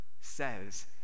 says